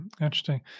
Interesting